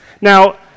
Now